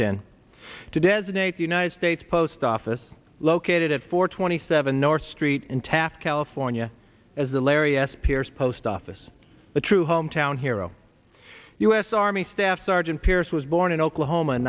ten to designate the united states post office located at four twenty seven north street in taft california as the larry s pierce post office the true hometown hero u s army staff sergeant pearce was born in oklahoma in